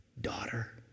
daughter